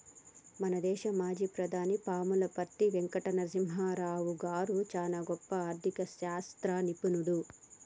మన దేశ మాజీ ప్రధాని పాములపర్తి వెంకట నరసింహారావు గారు చానా గొప్ప ఆర్ధిక శాస్త్ర నిపుణుడు